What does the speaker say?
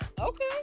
okay